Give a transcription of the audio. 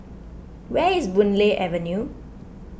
where is Boon Lay Avenue